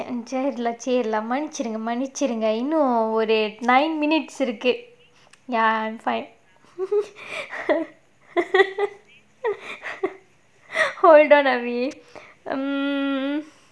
my question மன்னிச்சிடுங்க மன்னிச்சிடுங்க:mannichidunga mannichidunga nine minutes okay ya I'm fine hold on erby um